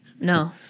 No